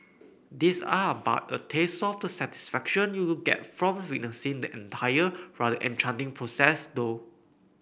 these are but a taste of the satisfaction you'll get from witnessing the entire rather enchanting process though